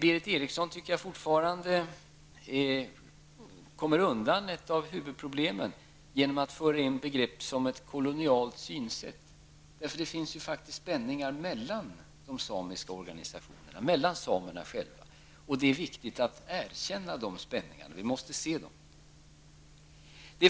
Berith Eriksson viker fortfarande undan från ett av huvudproblemen genom att föra in begreppet ''kolonialt synsätt''. Det finns ju faktiskt spänningar mellan de samiska organisationerna, mellan samerna själva. Det är viktigt att erkänna de spänningarna -- vi måste se dem.